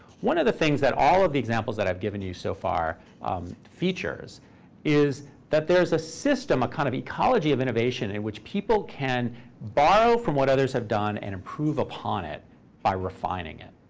one of the things that all of the examples that i've given you so far feature is is that there's a system, a kind of ecology of innovation in which people can borrow from what others have done and improve upon it by refining it.